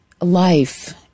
life